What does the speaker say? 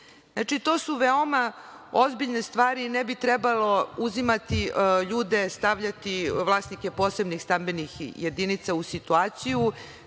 kredita. To su veoma ozbiljne stvari i ne bi trebalo uzimati, ljude stavljati, vlasnike posebnih stambenih jedinica, u situaciju